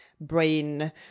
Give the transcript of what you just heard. brain